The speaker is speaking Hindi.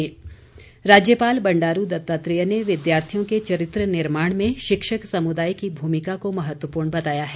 राज्यपाल राज्यपाल बंडारू दत्तात्रेय ने विद्यार्थियों के चरित्र निर्माण में शिक्षक समुदाय की भूमिका को महत्वपूर्ण बताया है